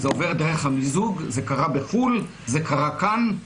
זה עובר דרך המיזוג, זה קרה בחו"ל, זה קרה כאן,